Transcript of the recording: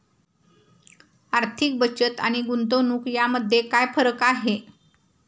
आर्थिक बचत आणि गुंतवणूक यामध्ये काय फरक आहे?